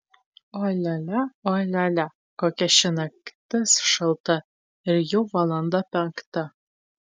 oi lia lia oi lia lia kokia ši naktis šalta ir jau valanda penkta